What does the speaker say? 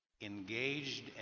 engaged